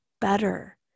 better